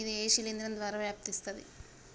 ఇది ఏ శిలింద్రం ద్వారా వ్యాపిస్తది?